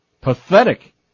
Pathetic